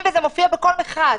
חייבים וזה מופיע בכל מכרז.